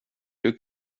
hur